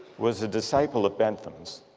was a disciple of bentham's